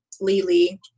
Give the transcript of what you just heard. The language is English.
Lily